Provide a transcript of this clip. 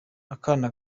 akana